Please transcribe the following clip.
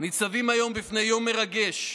ניצבים היום בפני יום מרגש,